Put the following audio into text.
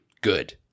Good